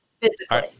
physically